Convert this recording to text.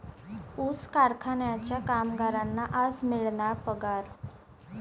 ऊस कारखान्याच्या कामगारांना आज मिळणार पगार